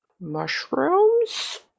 mushrooms